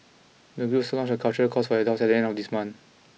the group will also launch a cultural course for adults at the end of this month